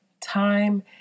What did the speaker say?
time